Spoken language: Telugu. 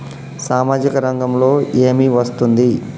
సామాజిక రంగంలో ఏమి వస్తుంది?